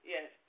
Yes